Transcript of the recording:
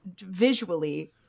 visually